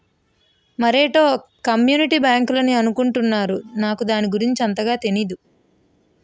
మరేటో కమ్యూనిటీ బ్యాంకులని అనుకుంటున్నారు నాకు వాటి గురించి అంతగా తెనీదు